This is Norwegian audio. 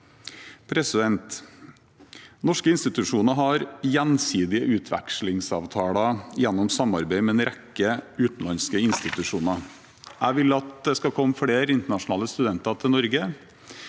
gratis. Norske institusjoner har gjensidige utvekslingsavtaler gjennom samarbeid med en rekke utenlandske institusjoner. Jeg vil at det skal komme flere internasjonale studenter til Norge.